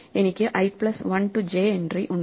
എനിക്ക് i plus 1 to j entry ഉണ്ട്